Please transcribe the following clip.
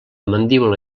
mandíbula